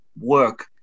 work